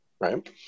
right